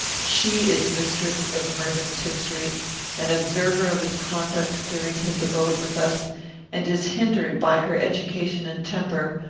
she is mistress of mervyn's history an observer of his conduct during his abode with us and is hindered, by her education and temper,